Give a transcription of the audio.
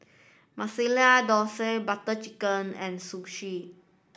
Masala Dosa Butter Chicken and Sushi